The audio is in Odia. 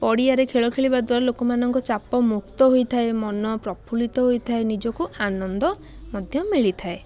ପଡ଼ିଆରେ ଖେଳ ଖେଳିବା ଦ୍ୱାରା ଲୋକମାନଙ୍କ ଚାପମୁକ୍ତ ହୋଇଥାଏ ମନ ପ୍ରଫୁଲ୍ଲିତ ହୋଇଥାଏ ନିଜକୁ ଆନନ୍ଦ ମଧ୍ୟ ମିଳିଥାଏ